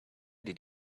did